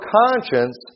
conscience